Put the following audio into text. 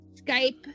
Skype